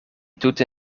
tute